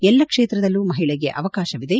ಎಲ್ಲ ಕ್ಷೇತ್ರದಲ್ಲೂ ಮಹಿಳೆಗೆ ಅವಕಾಶವಿದೆ